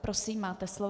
Prosím, máte slovo.